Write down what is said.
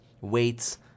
weights